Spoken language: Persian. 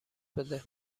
بده